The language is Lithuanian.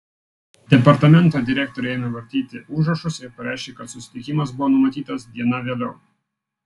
departamento direktorė ėmė vartyti užrašus ir pareiškė kad susitikimas buvo numatytas diena vėliau